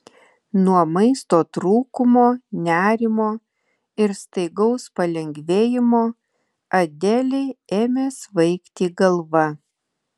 nuo maisto trūkumo nerimo ir staigaus palengvėjimo adelei ėmė svaigti galva